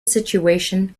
situation